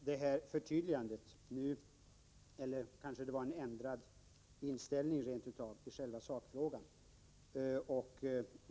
Herr talman! Jag tackar för detta förtydligande, eller det kanske rent av var en ändrad inställning i själva sakfrågan.